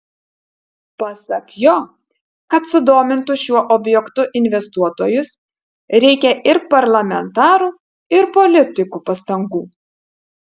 pasak jo kad sudomintų šiuo objektu investuotojus reikia ir parlamentarų ir politikų pastangų